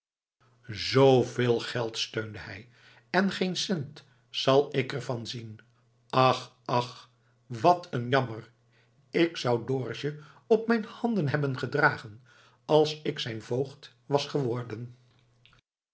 zveel geld steunde hij en geen cent zal ik er van zien ach ach wat een jammer k zou dorusje op mijn handen hebben gedragen als ik zijn voogd was geworden